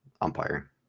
umpire